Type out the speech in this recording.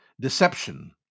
deception